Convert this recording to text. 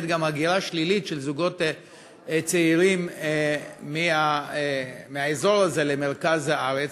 הגירה שלילית של זוגות צעירים מהאזור הזה למרכז הארץ,